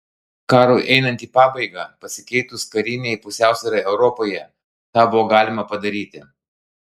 karui einant į pabaigą pasikeitus karinei pusiausvyrai europoje tą buvo galima padaryti